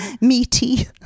meaty